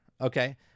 okay